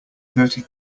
thirty